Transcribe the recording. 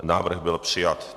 Návrh byl přijat.